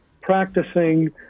practicing